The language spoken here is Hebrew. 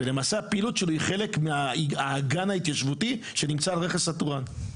והפעילות שלו היא חלק מהאגן ההתיישבותי שנמצא על רכס תורען.